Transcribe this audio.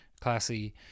classy